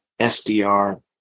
SDR